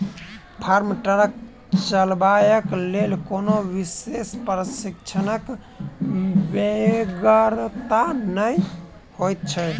farm truck चलयबाक लेल कोनो विशेष प्रशिक्षणक बेगरता नै होइत छै